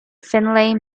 finlay